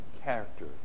character